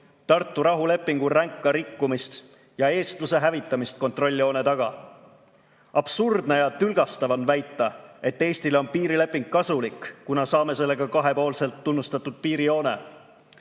Tartu rahulepingu ränka rikkumist ja eestluse hävitamist kontrolljoone taga. Absurdne ja tülgastav on väita, et Eestile on piirileping kasulik, kuna saame sellega kahepoolselt tunnustatud piirijoone.